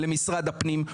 למשרד הפנים,